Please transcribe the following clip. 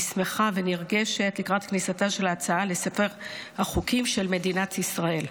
אני שמחה ונרגשת לקראת כניסתה של ההצעה לספר החוקים של מדינת ישראל.